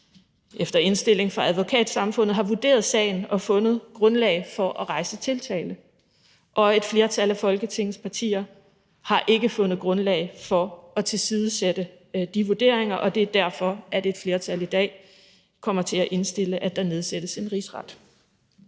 efter indstilling fra Advokatsamfundet har vurderet sagen og fundet grundlag for at rejse tiltale; og et flertal af Folketingets partier har ikke fundet grundlag for at tilsidesætte de vurderinger. Det er derfor, at et flertal i dag kommer til at indstille, at der nedsættes en rigsret.